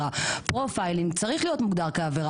""פרופיילינג" לא מוגדר כעבירה".